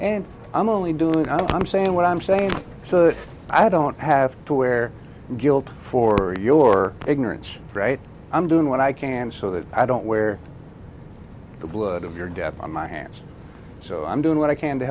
and i'm only doing i'm saying what i'm saying so i don't have to wear guilt for your ignorance right i'm doing what i can so that i don't wear the blood of your death on my hands so i'm doing what i can to